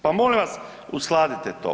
Pa molim vas uskladite to.